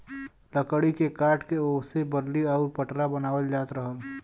लकड़ी के काट के ओसे बल्ली आउर पटरा बनावल जात रहल